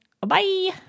Bye